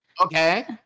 Okay